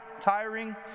tiring